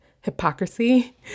hypocrisy